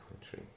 country